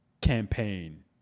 campaign